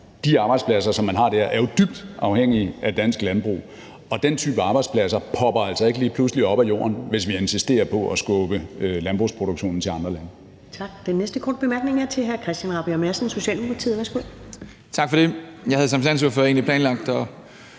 de arbejdspladser, som de har der, er dybt afhængige af dansk landbrug, og den type arbejdspladser popper altså ikke lige pludselig op af jorden, hvis vi insisterer på at skubbe landbrugsproduktionen til andre lande.